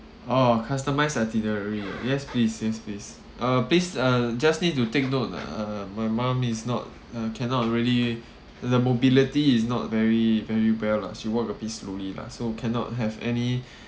oh customise itinerary ah yes please yes please uh please uh just need to take note uh uh my mum is not uh cannot really the mobility is not very very well lah she walk a bit slowly lah so cannot have any